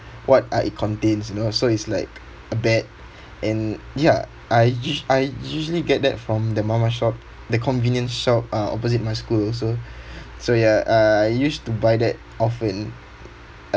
what are it contents you know so it's like a bet and ya I us~ I usually get that from the mama shop the convenience shop uh opposite my school also so ya I used to buy that often